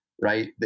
right